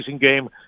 game